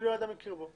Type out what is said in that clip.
היית מכיר בו.